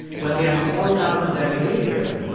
when they are called out on their behavior,